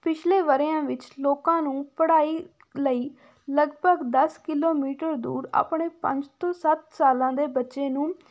ਪਿਛਲੇ ਵਰ੍ਹਿਆਂ ਵਿੱਚ ਲੋਕਾਂ ਨੂੰ ਪੜ੍ਹਾਈ ਲਈ ਲਗਭਗ ਦਸ ਕਿਲੋਮੀਟਰ ਦੂਰ ਆਪਣੇ ਪੰਜ ਤੋਂ ਸੱਤ ਸਾਲਾਂ ਦੇ ਬੱਚੇ ਨੂੰ